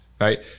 right